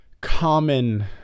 common